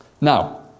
Now